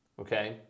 okay